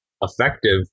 effective